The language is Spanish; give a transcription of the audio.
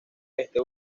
este